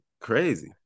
crazy